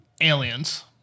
Aliens